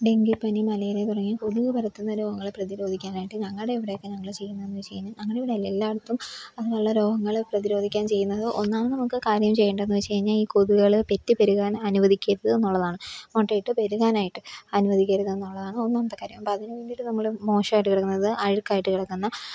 ഡങ്കിപ്പനി malaria തുടങ്ങിയ കൊതുക് പരത്തുന്ന രോഗങ്ങളെ പ്രതിരോധിക്കാനായിട്ട് ഞങ്ങളുടെ ഇവിടെയൊക്കെ ഞങ്ങൾ ചെയ്യുന്നതെന്ന് വെച്ച് കഴിഞ്ഞാൽ അങ്ങനെയൊന്നുമില്ല എല്ലായിടത്തും അങ്ങനെയുള്ള രോഗങ്ങൾ പ്രതിരോധിക്കാന് ചെയ്യുന്നത് ഒന്നാമത് നമുക്ക് കാര്യം ചെയ്യേണ്ടതെന്ന് വെച്ച് കഴിഞ്ഞാൽ ഈ കൊതുകുകൾ പെറ്റ് പെരുകാന് അനുവധിക്കരുതെന്നുള്ളതാണ് മുട്ടയിട്ട് പെരുകാനായിട്ട് അനുവധിക്കരുത് എന്നുള്ളതാണ് ഒന്നാമത്തെ കാര്യം അപ്പം അതിന് വേണ്ടിട്ട് നമ്മൾ മോശമായിട്ട് കിടക്കുന്നത് അഴുക്കായിട്ട് കിടക്കുന്ന